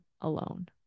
alone